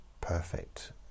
perfect